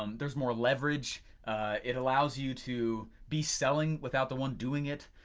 um there's more leverage it allows you to be selling without the one doing it.